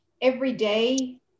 everyday